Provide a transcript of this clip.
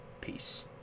peace